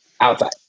outside